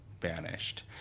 banished